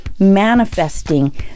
manifesting